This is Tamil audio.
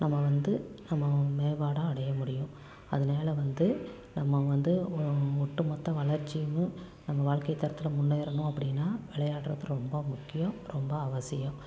நம்ம வந்து நம்ம மேம்பாடாக அடைய முடியும் அதனால வந்து நம்ம வந்து ஒட்டு மொத்த வளர்ச்சியையும் நம்ம வாழ்க்கை தரத்தில் முன்னேறணும் அப்படினா விளையாடுகிறது ரொம்ப முக்கியம் ரொம்ப அவசியம்